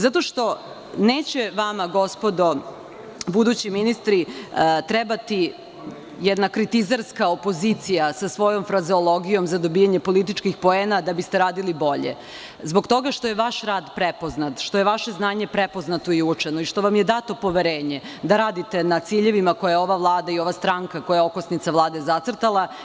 Zato što neće vama, gospodo budući ministri, trebati jedna kritizerska opozicija sa svojom frazeologijom za dobijanje političkih poena da biste radili bolje, zbog toga što je vaš rad prepoznat, što je vaše znanje prepoznato i uočeno i što vam je dato poverenje da radite na ciljevima koje je ova vlada i ova stranka, koja je okosnica Vlade, zacrtala.